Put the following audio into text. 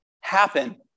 happen